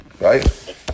Right